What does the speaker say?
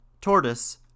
Tortoise